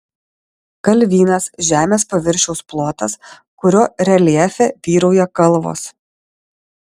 kalvynas žemės paviršiaus plotas kurio reljefe vyrauja kalvos